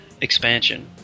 expansion